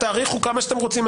תאריכו כמה שאתם רוצים,